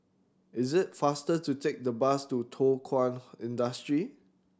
is it faster to take the bus to Thow Kwang Industry